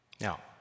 Now